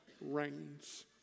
reigns